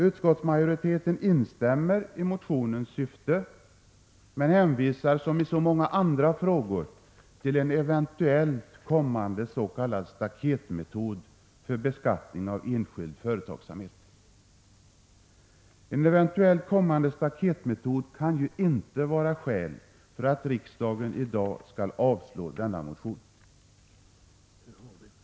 Utskottsmajoriteten instämmer i motionens syfte men hänvisar som i så många andra frågor till att det eventuellt skall komma en s.k. staketmetod för beskattning av enskild företagsamhet. En eventuell kommande staketmetod kan inte vara skäl för att riksdagen i dag skall avslå denna motion.